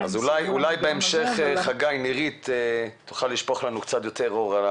אז אולי בהמשך נירית תוכל לשפוך קצת יותר אור.